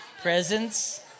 presents